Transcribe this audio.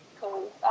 cool